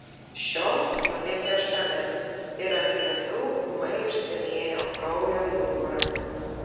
šios nulėkė šalin ir ant grindų ūmai išsiliejo kraujo jūra